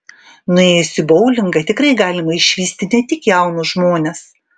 nuėjus į boulingą tikrai galima išvysti ne tik jaunus žmones